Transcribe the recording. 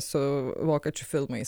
su vokiečių filmais